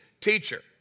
teacher